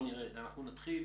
נתחיל